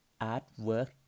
artwork